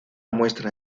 muestra